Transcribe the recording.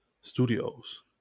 studios